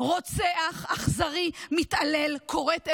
רוצח אכזרי, מתעלל, כורת איברים,